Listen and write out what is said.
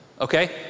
okay